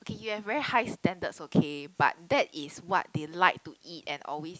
you have very high standards okay but that is what they like to eat and always